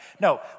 No